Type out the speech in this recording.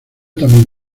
también